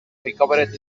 recovered